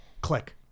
click